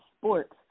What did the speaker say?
sports